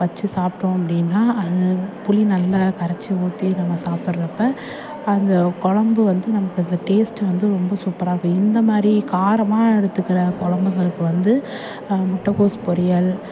வச்சு சாப்பிட்டோம் அப்படினா அது புளி நல்லா கரைத்து ஊற்றி நம்ம சாப்பிட்றப்ப அந்த குழம்பு வந்து நமக்கு அந்த டேஸ்ட் வந்து ரொம்ப சூப்பராக இருக்கும் இந்தமாதிரி காரமாக எடுத்துக்கிற குழம்புகளுக்கு வந்து முட்டைக்கோஸ் பொரியல்